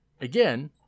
again